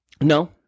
No